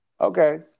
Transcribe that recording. okay